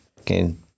again